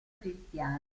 cristiane